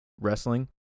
wrestling